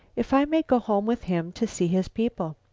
if i may go home with him to see his people.